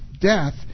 death